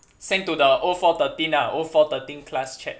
send to the O four thirteen ah the O four thirteen class chat